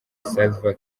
salva